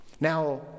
Now